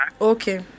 Okay